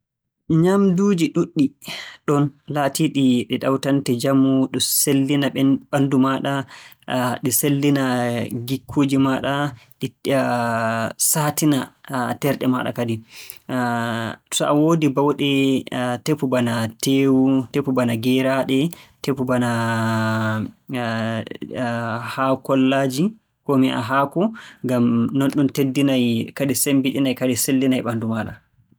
Nyaamnduuji ɗuuɗɗi ɗon laatiiɗi ɗi ɗawtante njamu ɗi sellina ɓen- banndu maaɗa, ɗi sellina gikkuuji maaɗa, ɗi saatina terɗe maaɗa kadi. So a woodi baawɗe tefu bana teewu, tefu bana geeraaɗe, tefu bana haakollaaji koo mi wi'a haako. Ngam nonɗum teddinay, kadi semmbiɗinay, kadi sellinay ɓanndu maaɗa.